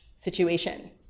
situation